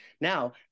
now